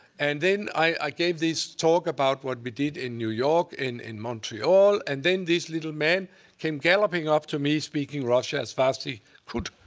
and then i gave this talk about what we did in new york in in montreal, and then this little man came galloping up to me speaking russian as fast as he could.